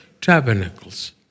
tabernacles